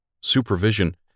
supervision